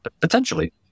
Potentially